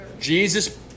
Jesus